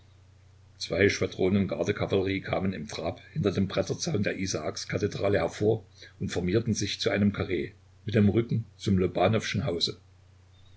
zwei schwadronen gardekavallerie kamen im trab hinter dem bretterzaun der isaakskathedrale hervor und formierten sich zu einem karree mit dem rücken zum lobanwowschen hause